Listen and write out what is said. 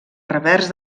revers